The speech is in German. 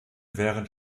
während